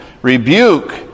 Rebuke